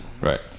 right